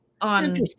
on